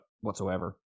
whatsoever